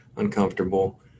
uncomfortable